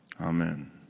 Amen